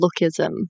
lookism